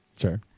Sure